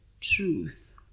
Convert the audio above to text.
truth